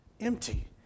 empty